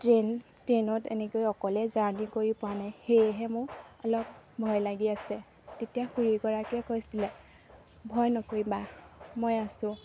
train ট্ৰেইনত এনেকৈ অকলে জাৰ্ণি কৰি পোৱা নাই সেয়েহে মোৰ অলপ ভয় লাগি আছে তেতিয়া খুৰীগৰাকীয়ে কৈছিলে ভয় নকৰিবা মই আছোঁ